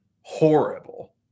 horrible